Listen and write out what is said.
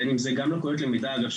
בין אפ זה גם לקויות למידה אגב,